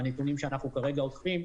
מהנתונים שאנחנו כרגע אוספים,